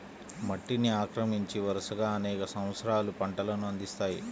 మట్టిని ఆక్రమించి, వరుసగా అనేక సంవత్సరాలు పంటలను అందిస్తాయి